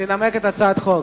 לנמק את הצעת החוק.